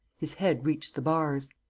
his head reached the bars.